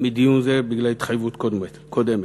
מדיון זה בגלל התחייבות קודמת.